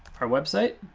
our website?